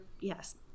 Yes